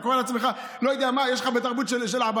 אתה קורא לעצמך לא יודע מה, יש לך בתרבות של עבאס.